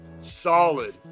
solid